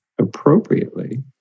appropriately